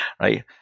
right